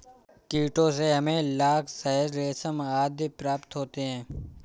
कीटों से हमें लाख, शहद, रेशम आदि प्राप्त होते हैं